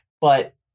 but-